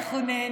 איך הוא נהנה,